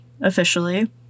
officially